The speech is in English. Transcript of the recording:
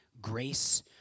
grace